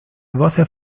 voces